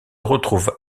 retrouve